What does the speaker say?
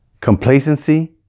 complacency